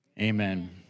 amen